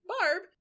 Barb